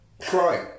Crime